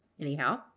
Anyhow